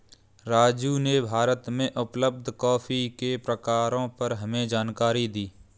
राजू ने भारत में उपलब्ध कॉफी के प्रकारों पर हमें जानकारी दी